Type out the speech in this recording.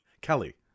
Kelly